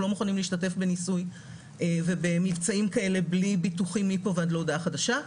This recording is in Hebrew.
מוכנים להשתתף בניסוי ובמבצעים כאלה בלי ביטוחים מפה ועד להודעה חדשה.